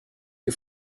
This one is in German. die